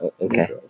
Okay